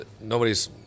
nobody's